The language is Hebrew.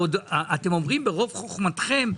ואתם אומרים ברוב חוכמתכם,